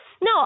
No